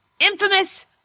infamous